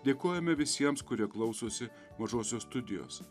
dėkojame visiems kurie klausosi mažosios studijos